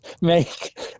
make